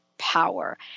power